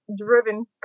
driven